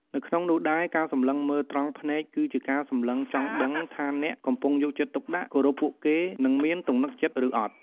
នៅក្នុងនោះដែរ ការសម្លឹងមើលត្រង់ភ្នែកគឺជាការសម្លឹងចង់ដឹងថាអ្នកកំពុងយកចិត្តទុកដាក់ គោរពពួកគេ និងមានទំនុកចិត្តឬអត់។